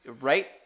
right